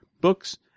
books